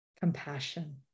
compassion